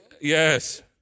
Yes